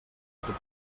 totes